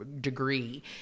degree